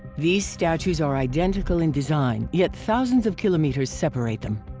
these statues are identical in design, yet thousands of kilometers separate them.